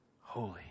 holy